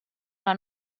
alla